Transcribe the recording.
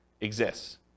exists